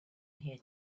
here